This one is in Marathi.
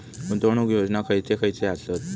गुंतवणूक योजना खयचे खयचे आसत?